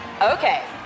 Okay